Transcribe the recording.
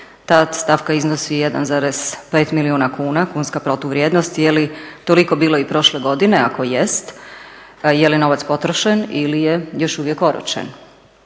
Ta stavka iznosi 1,5 milijuna kuna, kunska protuvrijednost je li toliko bilo i prošle godine? Ako jest, je li novac potrošen ili je još uvijek oročen?